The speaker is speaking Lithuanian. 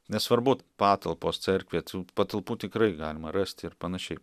nesvarbu patalpos cerkvė tų patalpų tikrai galima rasti ir panašiai